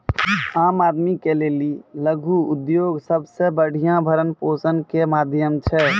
आम आदमी के लेली लघु उद्योग सबसे बढ़िया भरण पोषण के माध्यम छै